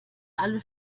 alle